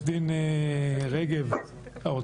היו